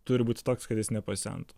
turi būti toks kad jis nepasentų